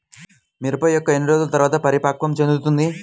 మిరప మొక్క ఎన్ని రోజుల తర్వాత పరిపక్వం చెందుతుంది?